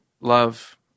love